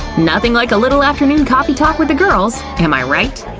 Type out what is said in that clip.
nothing like a little afternoon coffee talk with the girls, am i right?